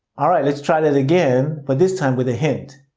alright, let's try that again but this time with a hint.